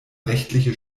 rechtliche